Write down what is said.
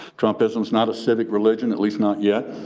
trumpism is not a civic religion, at least not yet,